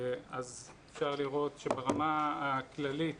אפשר לראות שברמה הכללית